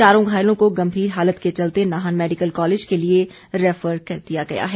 चारों घायलों को गंभीर हालत के चलते नाहन मेडिकल कॉलेज के लिए रैफर कर दिया गया है